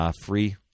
free